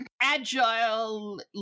agile